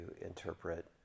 interpret